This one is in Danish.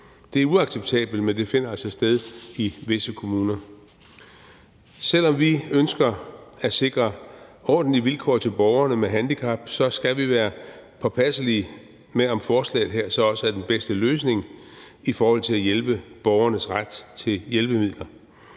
Det er uacceptabelt, men det finder altså sted i visse kommuner. Selv om vi ønsker at sikre ordentlige vilkår til borgerne med handicap, skal vi være påpasselige med, om forslaget her så også er den bedste løsning i forhold til borgernes ret til hjælpemidler.